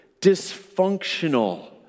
dysfunctional